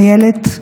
אילת,